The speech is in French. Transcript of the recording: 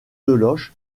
deloche